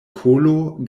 kolo